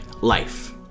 life